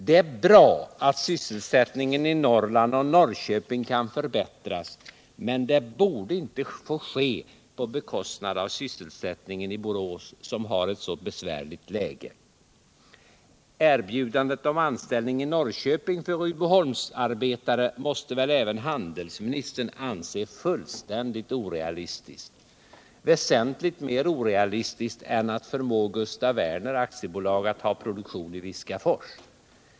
Det är bra att sysselsättningsläget i Norrland och Norrköping kan förbättras, men det borde inte få ske på bekostnad av sysselsättningen i Borås, som har det så besvärligt. Erbjudandet om anställning i Norrköping för Rydboholmsarbetare måste väl även handelsministern anse fullständigt orealistiskt, väsentligt mer orealistiskt än att förmå Gustaf Werner AB att ha produktion i Viskafors.